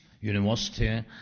university